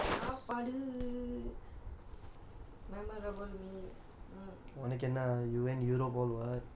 saapaadu my mum